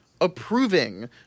approving